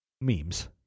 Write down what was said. memes